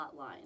hotline